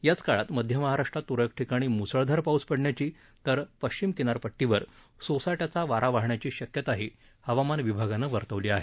याच काळात मध्य महाराष्ट्रात त्रळक ठिकाणी म्सळधार पाऊस पडण्याची तर पश्चिम किनारपट्टीवर सोसाट्याचा वारा वाहण्याची शक्यताही वर्तवली आहे